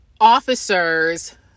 officers